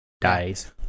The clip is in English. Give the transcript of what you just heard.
dies